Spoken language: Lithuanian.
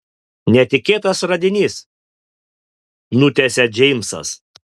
netikėtas radinys nutęsia džeimsas